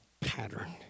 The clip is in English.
pattern